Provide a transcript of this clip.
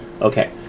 okay